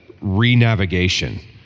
re-navigation